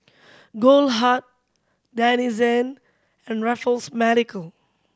Goldheart Denizen and Raffles Medical